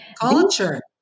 Culture